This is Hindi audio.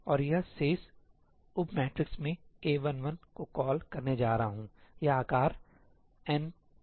और यह शेष उप मैट्रिक्स मैं A11 को कॉल करने जा रहा हूं यह आकार x का है